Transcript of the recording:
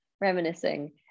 Reminiscing